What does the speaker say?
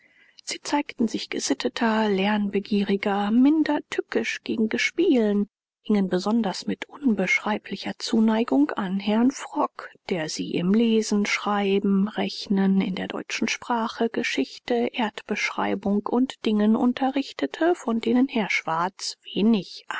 sie zeigten sich gesitteter lernbegieriger minder